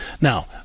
Now